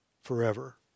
forever